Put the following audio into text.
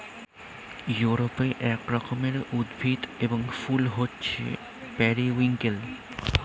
ইউরোপে এক রকমের উদ্ভিদ এবং ফুল হচ্ছে পেরিউইঙ্কেল